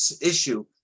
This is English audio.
issue